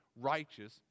righteous